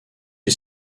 est